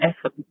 effort